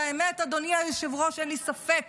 והאמת, אדוני היושב-ראש, אין לי ספק